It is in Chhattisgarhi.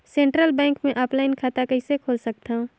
सेंट्रल बैंक मे ऑफलाइन खाता कइसे खोल सकथव?